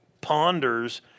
ponders